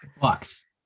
Bucks